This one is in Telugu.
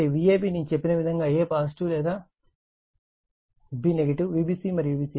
కాబట్టి Vab నేను చెప్పిన విధంగా a పాజిటివ్ లేదా b నెగటివ్ Vbc మరియు Vca